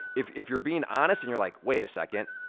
if if you're being honest, and you're like, wait a second,